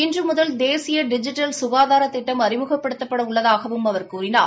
இன்று முதல் தேசிய டிஜிட்டல் ககாதார திட்டம் அறிமுகப்படுத்தப்பட உள்ளதாகவும் அவா் கூறினார்